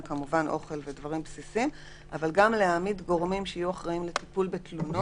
אוכל ודברים בסיסים וגם להעמיד גורמים שיהיו אחראים לטיפול בתלונות.